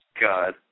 god